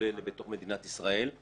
כולל בתוך מדינת ישראל.